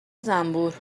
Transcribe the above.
زنبور